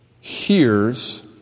hears